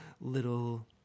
little